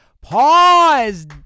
pause